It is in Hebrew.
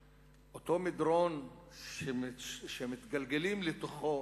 אותו מדרון שמתגלגלים לתוכו